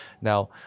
Now